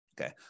Okay